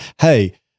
hey